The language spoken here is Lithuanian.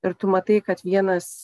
ir tu matai kad vienas